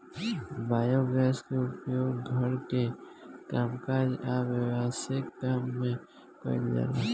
biogas के उपयोग घर के कामकाज आ व्यवसायिक काम में कइल जाला